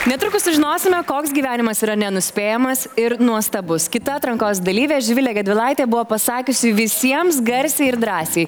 netrukus sužinosime koks gyvenimas yra nenuspėjamas ir nuostabus kita atrankos dalyvė živilė gedvilaitė buvo pasakiusi visiems garsiai ir drąsiai